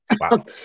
wow